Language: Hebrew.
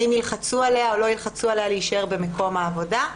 האם ילחצו עליה או לא ילחצו עליה להישאר במקום העבודה?